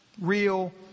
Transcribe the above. real